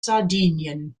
sardinien